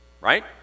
right